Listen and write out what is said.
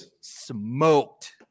smoked